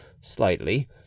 slightly